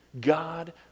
God